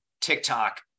TikTok